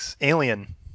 Alien